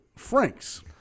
Frank's